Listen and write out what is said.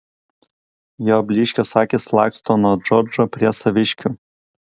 jo blyškios akys laksto nuo džordžo prie saviškių